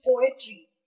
poetry